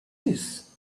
this